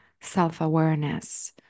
self-awareness